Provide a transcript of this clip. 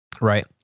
Right